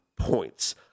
points